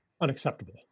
unacceptable